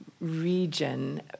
region